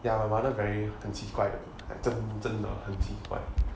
ya my mother 很奇怪 like 真真的很奇怪